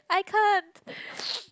I can't